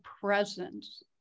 presence